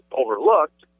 overlooked